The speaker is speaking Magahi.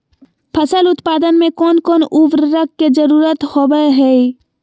फसल उत्पादन में कोन कोन उर्वरक के जरुरत होवय हैय?